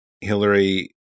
Hillary